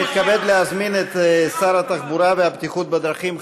אני מתכבד להזמין את שר התחבורה והבטיחות בדרכים,